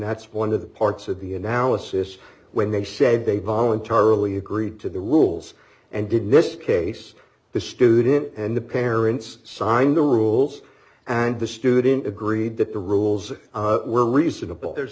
that's one of the parts of the analysis when they said they voluntarily agreed to the rules and did miss case the student and the parents signed the rules and the student agreed that the rules were reasonable there's